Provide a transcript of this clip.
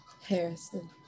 Harrison